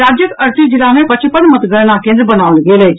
राज्यक अड़तीस जिला मे पचपन मतगणना केन्द्र बनाओल गेल अछि